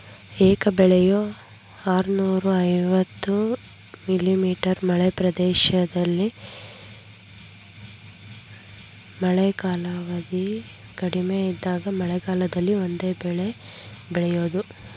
ಏಕ ಬೆಳೆಯು ಆರ್ನೂರ ಐವತ್ತು ಮಿ.ಮೀ ಮಳೆ ಪ್ರದೇಶದಲ್ಲಿ ಮಳೆ ಕಾಲಾವಧಿ ಕಡಿಮೆ ಇದ್ದಾಗ ಮಳೆಗಾಲದಲ್ಲಿ ಒಂದೇ ಬೆಳೆ ಬೆಳೆಯೋದು